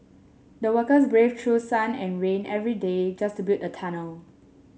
the workers braved through sun and rain every day just to build the tunnel